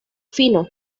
fino